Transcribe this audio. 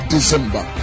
December